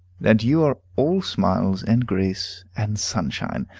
that you are all smiles, and grace, and sunshine.